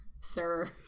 sir